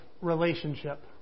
relationship